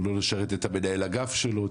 את מנהל האגף שלו,